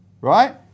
right